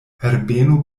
herbeno